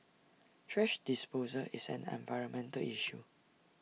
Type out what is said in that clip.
thrash disposal is an environmental issue